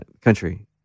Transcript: country